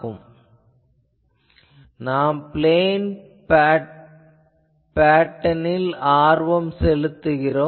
பொதுவாக நாம் பிளேன் பேட்டர்னில் ஆர்வம் செலுத்துகிறோம்